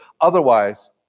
Otherwise